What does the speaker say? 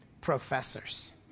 professors